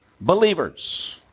believers